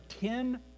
ten